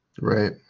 Right